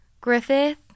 Griffith